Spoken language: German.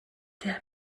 der